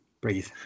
Breathe